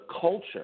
culture